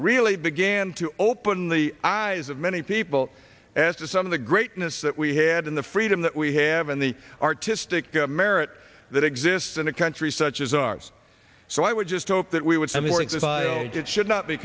really began to open the eyes of many people as to some of the greatness that we had in the freedom that we have and the artistic merit that exists in a country such as ours so i would just hope that we would support this it should not be